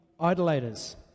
idolaters